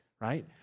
right